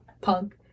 punk